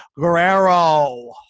guerrero